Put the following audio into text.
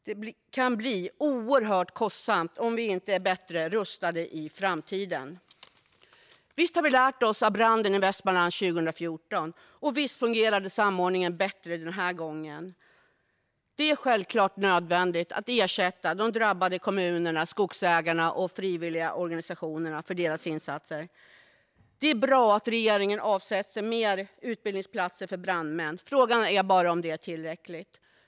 Det kan bli oerhört kostsamt om vi inte är bättre rustade i framtiden. Visst har vi lärt oss av branden i Västmanland 2014, och visst fungerade samordningen bättre den här gången. Det är självklart nödvändigt att ersätta de drabbade kommunerna, skogsägarna och frivilligorganisationerna för deras insatser. Det är bra att regeringen avsätter mer för utbildningsplatser för brandmän. Frågan är bara om det är tillräckligt.